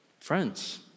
Friends